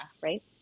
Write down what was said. Right